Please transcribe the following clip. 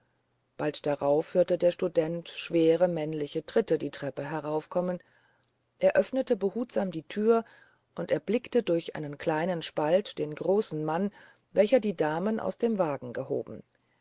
bald darauf hörte der student schwere männliche tritte die treppe heraufkommen er öffnete behutsam die türe und erblickte durch eine kleine spalte den großen mann welcher die damen aus dem wagen gehoben